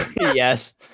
Yes